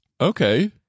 Okay